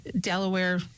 Delaware